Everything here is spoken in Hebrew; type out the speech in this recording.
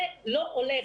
זה לא הולך.